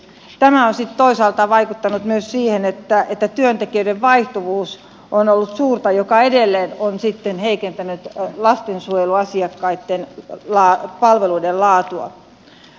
tämä on sitten toisaalta vaikuttanut myös siihen että työntekijöiden vaihtuvuus on ollut suurta mikä edelleen on sitten heikentänyt lastensuojeluasiakkaitten palveluiden laatua